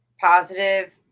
Positive